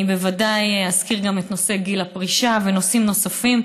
אני בוודאי אזכיר גם את נושא גיל הפרישה ונושאים נוספים,